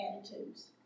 attitudes